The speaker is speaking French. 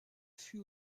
fut